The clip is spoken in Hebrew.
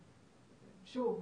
שוב,